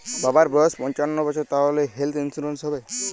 বাবার বয়স পঞ্চান্ন বছর তাহলে হেল্থ ইন্সুরেন্স হবে?